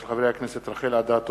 של חברי הכנסת רחל אדטו,